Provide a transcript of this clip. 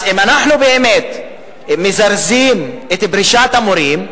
אז אם אנחנו באמת מזרזים את פרישת המורים,